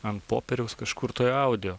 ant popieriaus kažkur toj audio